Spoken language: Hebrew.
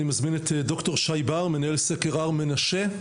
אני מזמין את ד"ר שי בר, מנהל סקר הר מנשה.